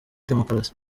demokarasi